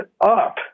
up